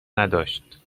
نداشت